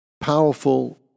powerful